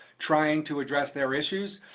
trying to address their issues.